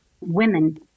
Women